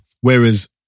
Whereas